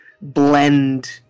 blend